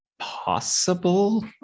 possible